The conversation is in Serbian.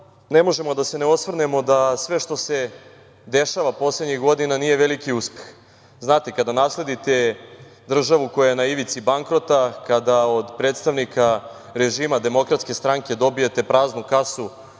ne možemo da se ne osvrnemo da sve što se dešava poslednjih godina nije veliki uspeh. Znate, kada nasledite državu koja je na ivici bankrota, kada od predstavnika režima DS dobijete praznu kasu